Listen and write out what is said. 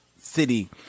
city